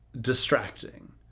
distracting